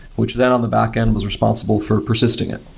which then on the backend was responsible for persisting it.